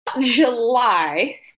July